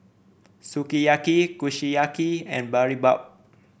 Sukiyaki Kushiyaki and Boribap